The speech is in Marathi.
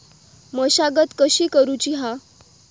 मशागत कशी करूची हा?